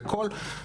וכל,